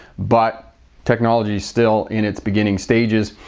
but technology is still in its beginning stages.